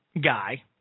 guy